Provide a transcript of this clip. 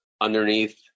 underneath